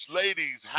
ladies